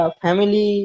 family